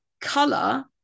color